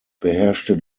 beherrschte